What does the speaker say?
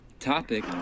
Topic